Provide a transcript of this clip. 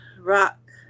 rock